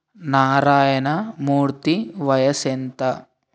నారాయణ మూర్తి వయస్సు ఎంత